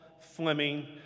Fleming